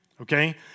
okay